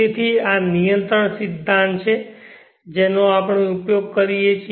તેથી આ નિયંત્રણ સિદ્ધાંત છે જેનો આપણે ઉપયોગ કરીએ છીએ